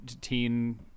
teen